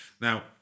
Now